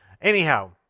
anyhow